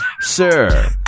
Sir